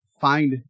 find